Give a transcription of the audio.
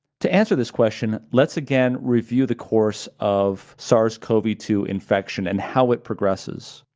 to answer this question, let's again review the course of sars cov two infection and how it progresses.